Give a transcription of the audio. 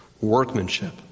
workmanship